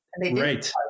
Right